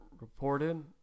Reported